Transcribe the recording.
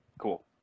Cool